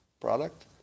product